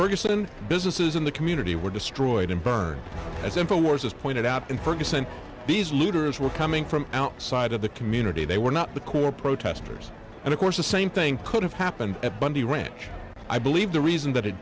ferguson businesses in the community were destroyed and burned as simple as pointed out in ferguson these leaders were coming from outside of the community they were not the core protesters and of course the same thing could have happened at bundy ranch i believe the reason that it